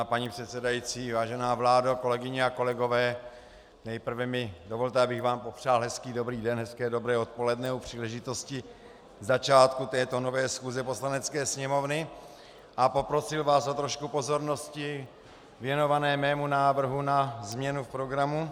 Vážená paní předsedající, vážená vládo, kolegyně a kolegové, nejprve mi dovolte, abych vám popřál hezký dobrý den, hezké dobré odpoledne u příležitosti začátku této nové schůze Poslanecké sněmovny a poprosil vás o trošku pozornosti věnované mému návrhu na změnu programu.